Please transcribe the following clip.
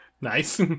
Nice